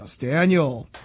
Daniel